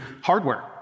hardware